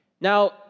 Now